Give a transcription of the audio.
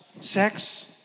sex